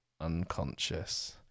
unconscious